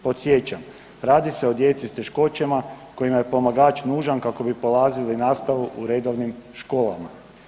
Podsjećam, radi se o djeci s teškoćama kojima je pomagač nužan kako bi polazili nastavu u redovnim školama.